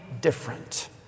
different